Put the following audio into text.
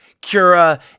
Cura